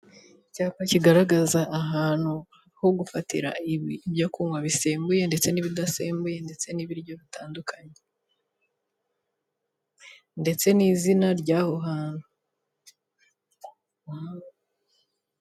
Icyapa kigaragaza ahantu ho gufatira ibyo kunywa bisembuye ndetse n'ibidasembuye ndetse n'ibiryo bitandukanye, ndetse n'izina ry'aho hantu.